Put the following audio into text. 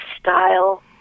style